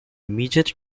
immediate